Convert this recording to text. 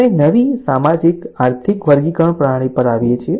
અમે નવી સામાજિક આર્થિક વર્ગીકરણ પ્રણાલી પર આવીએ છીએ